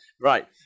right